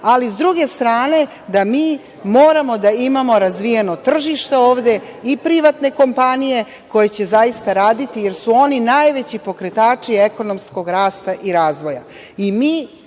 ali s druge strane da mi moramo da imamo razvijeno tržište ovde i privatne kompanije koje će raditi, jer su oni najveći pokretači ekonomskog rasta i razvoja.